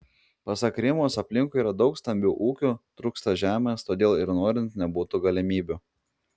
pasak rimos aplinkui yra daug stambių ūkių trūksta žemės todėl ir norint nebūtų galimybių